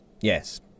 Yes